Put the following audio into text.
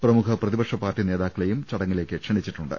പ്രമുഖ പ്രതിപക്ഷ പാർട്ടി നേതാക്കളെയും ചട ങ്ങുകളിലേക്ക് ക്ഷണിച്ചിട്ടുണ്ട്